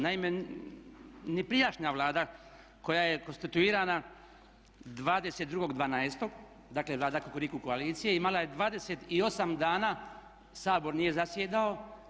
Naime, ni prijašnja Vlada koja je konstituirana 22.12., dakle Vlada Kukuriku koalicije imala je 28 dana Sabor nije zasjedao.